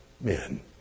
men